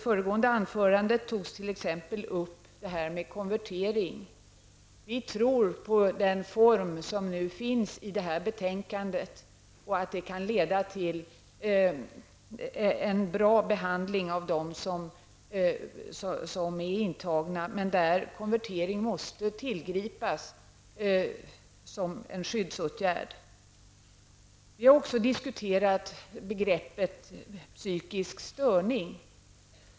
Föregående talare tog t.ex. upp frågan om konvertering. Vi tror på den form som nu redovisas i detta betänkande -- och att den kan leda till en bra behandling av dem som är intagna, varvid konvertering dock måste tillgripas som en skyddsåtgärd. Vi har också diskuterat begreppet psykisk störning.